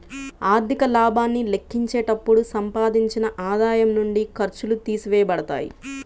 ఆర్థిక లాభాన్ని లెక్కించేటప్పుడు సంపాదించిన ఆదాయం నుండి ఖర్చులు తీసివేయబడతాయి